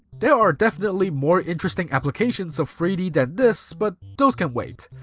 there are definitely more interesting applications of three d than this, but those can wait.